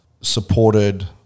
supported